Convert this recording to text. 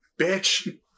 Bitch